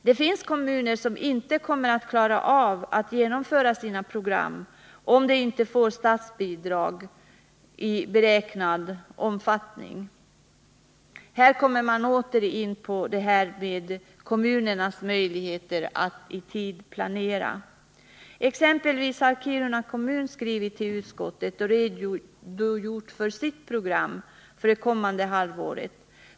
Det finns kommuner som inte kommer att klara av att genomföra sina program, om de inte får statsbidrag i beräknad omfattning. Här kommer man åter in på kommunernas möjligheter att i tid planera. Exempelvis Kiruna kommun har skrivit till utskottet och redogjort för sitt program för det kommande halvåret.